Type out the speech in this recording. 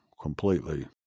completely